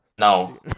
No